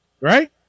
right